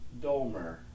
Dolmer